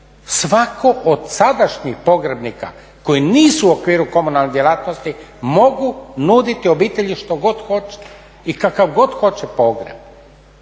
Svatko od sadašnjih pogrebnika koji nisu u okviru komunalne djelatnosti, mogu nuditi obitelji što god hoće i kakav god hoće pogreb.